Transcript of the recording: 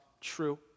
true